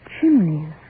Chimneys